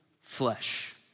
flesh